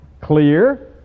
clear